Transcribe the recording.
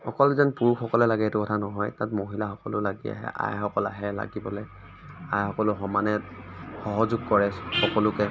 অকল যেন পুৰুষসকলে লাগে এইটো কথা নহয় তাত মহিলাসকলো লাগে আইসকল আহে লাগিবলৈ আইসকলো সমানে সহযোগ কৰে সকলোকে